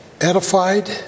edified